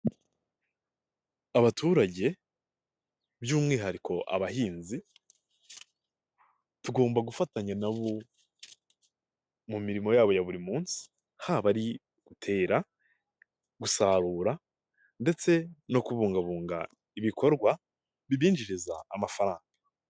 Abaturage by'umwihariko abahinzi, tugomba gufatanya na bo mu mirimo ya bo ya buri munsi, haba ari gutera, gusarura ndetse no kubungabunga ibikorwa bibinjiriza amafaranga.